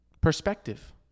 Perspective